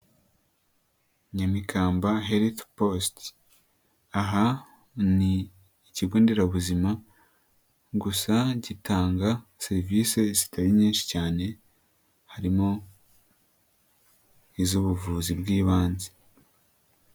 Nyamikamba Health Post, aha ni ikigo nderabuzima gusa gitanga serivisi zitari nyinshi cyane harimo iz'ubuvuzi bw'ibanze.